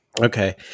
Okay